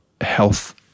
health